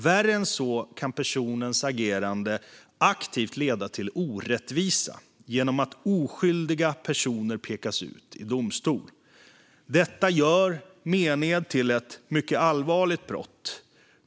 Värre än så kan personens agerande aktivt leda till orättvisa genom att oskyldiga personer pekas ut i domstol. Detta gör mened till ett mycket allvarligt brott.